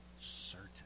certain